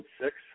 six